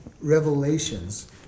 revelations